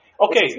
Okay